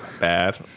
Bad